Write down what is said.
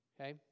Okay